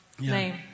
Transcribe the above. name